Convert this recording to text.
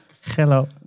Hello